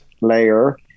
layer